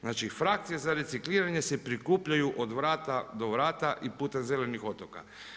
Znači frakcije za recikliranje se prikupljaju od vrata do vrata i putem zelenih otoka.